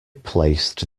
placed